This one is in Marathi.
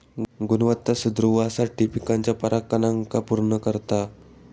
गुणवत्ता सुधरवुसाठी पिकाच्या परागकणांका पुर्ण करता